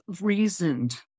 reasoned